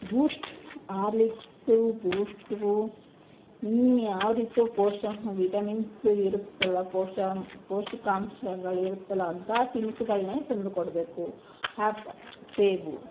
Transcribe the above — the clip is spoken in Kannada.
ಬೂಸ್ಟ್ ಆರ್ಲಿಕ್ಸು ಬೂಸ್ಟುಗು ಇನ್ಯಾವ ರೀತಿಯ ಪೋಷ ವಿಟಮಿನ್ಸ್ ಇರುತ್ತಲ್ವ ಪೋಷ ಪೌಷ್ಟಿಕಾಂಶಗಳು ಇರುತ್ತಲ್ಲ ಅಂತ ತಿನಿಸುಗಳನ್ನೇ ತಂದು ಕೊಡಬೇಕು ಆ್ಯಪ ಸೇಬು